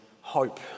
hope